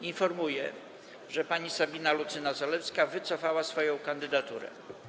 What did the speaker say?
Informuję, że pani Sabina Lucyna Zalewska wycofała swoją kandydaturę.